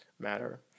matter